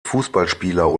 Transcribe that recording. fußballspieler